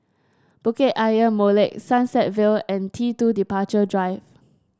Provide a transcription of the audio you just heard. Bukit Ayer Molek Sunset Vale and T two Departure Drive